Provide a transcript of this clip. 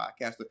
podcaster